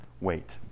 wait